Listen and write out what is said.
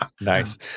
Nice